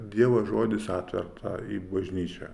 dievo žodis atverta į bažnyčią